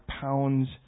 pounds